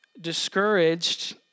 Discouraged